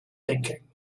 thinking